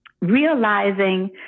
realizing